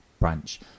branch